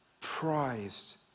prized